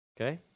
Okay